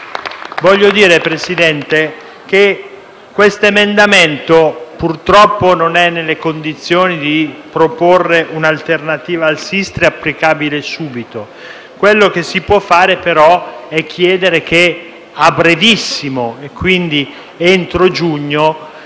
Gruppo PD)*. Presidente, questo emendamento, purtroppo, non è nelle condizioni di proporre un'alternativa al Sistri applicabile subito; quello che si può fare, però, è chiedere che a brevissimo - quindi, entro giugno